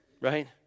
right